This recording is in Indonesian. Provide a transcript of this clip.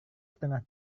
setengah